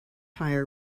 higher